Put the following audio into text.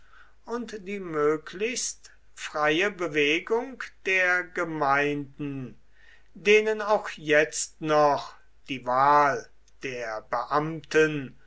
und die möglichst freie bewegung der gemeinden denen auch jetzt noch die wahl der beamten